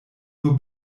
nur